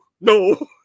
no